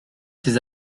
ces